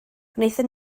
gwnaethon